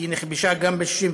כי היא נכבשה גם ב-67'